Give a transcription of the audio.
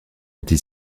anti